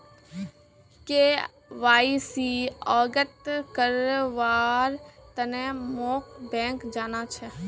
KYC अवगत करव्वार तने मोक बैंक जाना छ